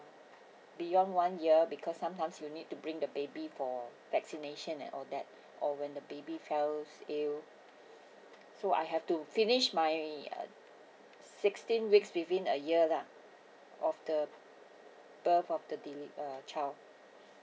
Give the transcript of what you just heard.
beyond one year because sometimes you need to bring the baby for vaccination ah all that or when the baby fell ill so I have to finish my sixteen weeks within a year lah of the birth of the de~ uh child